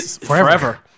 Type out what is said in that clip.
forever